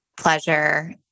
pleasure